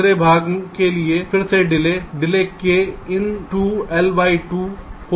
दूसरे भाग के लिए फिर से डिले डिले k into L by 2 whole square होगी